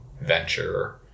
venture